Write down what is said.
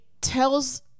tells